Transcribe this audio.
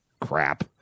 Crap